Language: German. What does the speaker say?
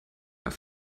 mehr